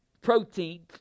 protein